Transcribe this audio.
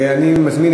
אני מזמין,